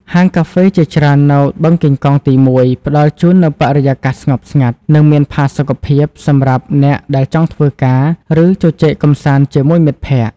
ហាងកាហ្វេជាច្រើននៅ បឹងកេងកងទី១ ផ្តល់ជូននូវបរិយាកាសស្ងប់ស្ងាត់ និងមានផាសុកភាព សម្រាប់អ្នកដែលចង់ធ្វើការ ឬជជែកកម្សាន្តជាមួយមិត្តភក្តិ។